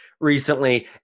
recently